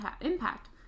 impact